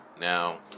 Now